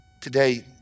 Today